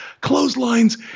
clotheslines